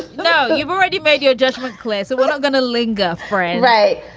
know you've already made your judgment clear, so we're not going to linger for it. right.